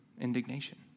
indignation